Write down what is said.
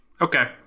Okay